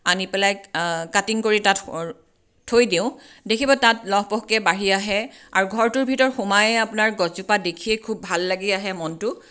আনি পেলাই কাটিং কৰি তাত থৈ দিওঁ দেখিব তাত লহ পহকৈ বাঢ়ি আহে আৰু ঘৰটোৰ ভিতৰত সোমায়ে আপোনাৰ গছজোপা দেখিয়ে খুব ভাল লাগি আহে মনটো